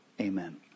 Amen